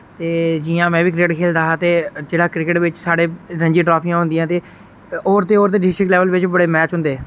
ते जि'यां में बी क्रिकेट खेलदा हा ते जेह्ड़ा क्रिकेट बिच साढ़े रंझी ट्राफियां होंदियां ते और ते और ते डिस्ट्रिक लैवल बिच बड़े मैच होंदे